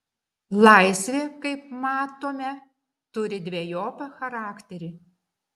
laisvė kaip matome turi dvejopą charakterį